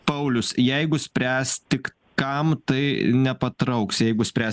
paulius jeigu spręs tik kam tai nepatrauks jeigu spręs